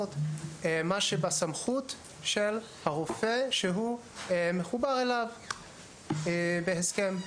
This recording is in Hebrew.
לעשות מה שבסמכות של הרופא שהוא מחובר אליו בהסכם.